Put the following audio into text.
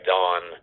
Dawn